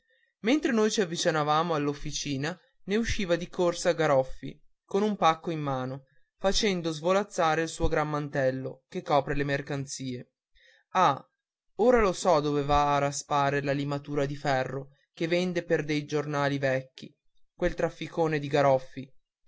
mentre noi ci avvicinavamo all'officina ne usciva di corsa garoffi con un pacco in mano facendo svolazzare il suo gran mantello che copre le mercanzie ah ora lo so dove va a raspare la limatura di ferro che vende per dei giornali vecchi quel trafficone di garoffi